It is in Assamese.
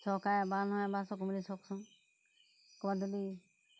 চৰকাৰে এবাৰ নহয় এবাৰ চকু মেলি চাওকচোন ক'ৰবাত যদি